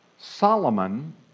Solomon